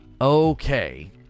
Okay